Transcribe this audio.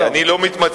כי אני לא מתמצא,